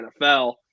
NFL